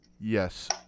Yes